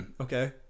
okay